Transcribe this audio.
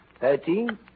thirteen